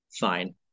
fine